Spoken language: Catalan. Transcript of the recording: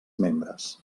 membres